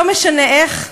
לא משנה איך,